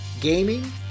gaming